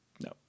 No